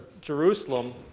Jerusalem